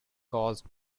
caused